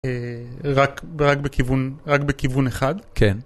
רק בכיוון, רק בכיוון אחד? כן.